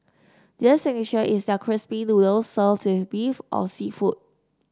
their signature is their crispy noodles served in beef or seafood